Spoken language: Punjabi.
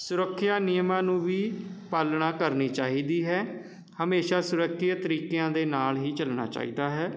ਸੁਰੱਖਿਆ ਨਿਯਮਾਂ ਨੂੰ ਵੀ ਪਾਲਣਾ ਕਰਨੀ ਚਾਹੀਦੀ ਹੈ ਹਮੇਸ਼ਾ ਸੁਰੱਖਿਅਤ ਤਰੀਕਿਆਂ ਦੇ ਨਾਲ ਹੀ ਚੱਲਣਾ ਚਾਹੀਦਾ ਹੈ